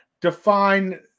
define